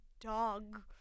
dog